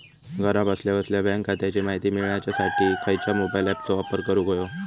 घरा बसल्या बसल्या बँक खात्याची माहिती मिळाच्यासाठी खायच्या मोबाईल ॲपाचो वापर करूक होयो?